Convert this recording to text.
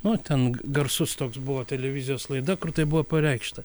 nu ten garsus toks buvo televizijos laida kur tai buvo pareikšta